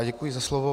Děkuji za slovo.